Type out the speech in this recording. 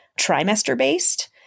trimester-based